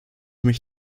mich